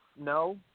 No